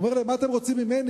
הוא אומר להם: מה אתם רוצים ממני,